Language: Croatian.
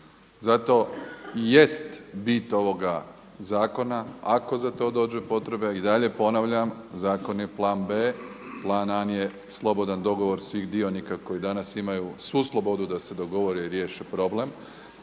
Zato i jest bit ovoga zakona ako za to dođe potreba i dalje ponavljam zakon je plan B. Plan A je slobodan dogovor svih dionika koji danas imaju svu slobodu da se dogovore i riješe problem.